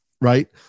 right